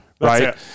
Right